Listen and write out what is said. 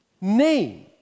name